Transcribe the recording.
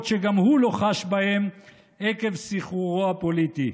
שגם הוא לא חש בהם עקב סחרורו הפוליטי.